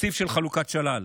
תקציב של חלוקת שלל.